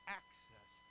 access